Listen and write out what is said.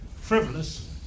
frivolous